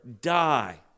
die